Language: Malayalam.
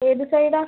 ഏത് സൈഡ് ആണ്